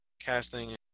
casting